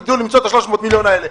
תדעו למצוא את ה-300 מיליון האלה.